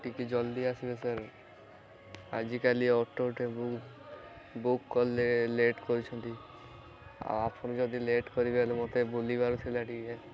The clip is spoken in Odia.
ଟିକେ ଜଲ୍ଦି ଆସିବେ ସାର୍ ଆଜିକାଲି ଅଟୋଟେ ବୁକ୍ କଲେ ଲେଟ୍ କରୁଛନ୍ତି ଆଉ ଆପଣ ଯଦି ଲେଟ୍ କରିବେ ହେଲେ ମୋତେ ବୁଲିବାର ଥିଲା ଟିକେ